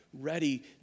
ready